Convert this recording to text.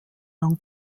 lang